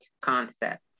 concept